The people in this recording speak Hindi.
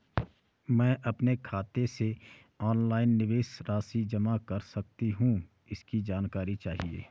मैं अपने खाते से ऑनलाइन निवेश राशि जमा कर सकती हूँ इसकी जानकारी चाहिए?